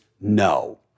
No